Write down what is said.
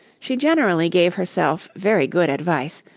she generally gave herself very good advice,